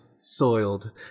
soiled